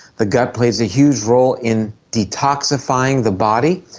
the gut plays a huge role in detoxifying the body,